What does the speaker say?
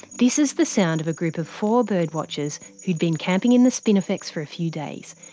this is the sound of a group of four birdwatchers who'd been camping in the spinifex for a few days.